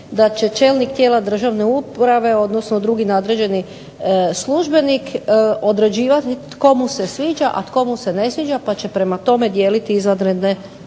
da će čelnik tijela državne uprave, odnosno drugi nadređeni službenik određivati tko mu se sviđa, a tko mu se ne sviđa pa će prema tome dijeliti izvanredne